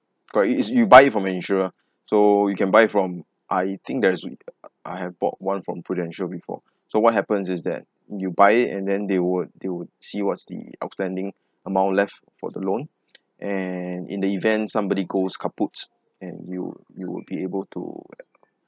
correct it it's you buy from an insurer so you can buy from I think there's we~ I have bought one from Prudential before so what happens is that you buy it and then they would they would see what's the outstanding amount left for the loan and in the event somebody goes kaput and you you will be able to like